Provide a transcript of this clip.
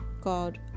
God